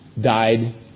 died